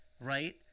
right